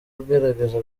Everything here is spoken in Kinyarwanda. ugerageza